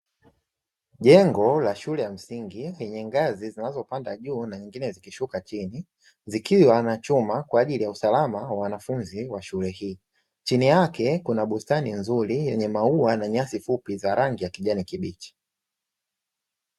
Jengo la shule ya msingi lenye ngazi zinazopanda juu na nyingine zikishuka chini, zikiwa na chuma kwa ajili ya usalama wa wanafunzi wa shule hii. Chini yake kuna bustani nzuri yenye maua na nyasi fupi za rangi ya kijani kibichi.